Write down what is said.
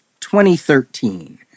2013